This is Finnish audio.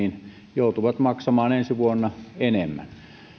joutuvat maksamaan ensi vuonna enemmän